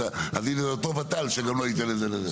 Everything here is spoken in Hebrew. אז הנה אותו ות"ל שגם לא ייתן לזה זה.